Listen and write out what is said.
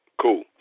cool